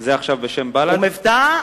ומבטא,